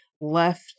left